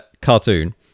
cartoon